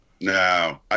No